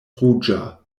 ruĝa